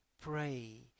pray